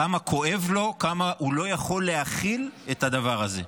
כמה כואב לו, כמה הוא לא יכול להכיל את הדבר הזה.